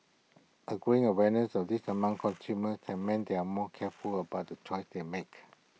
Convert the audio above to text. A growing awareness of this among consumers has meant they are more careful about the choices they make